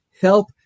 help